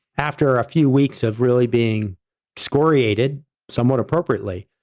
after a few weeks of really being excoriated somewhat appropriately,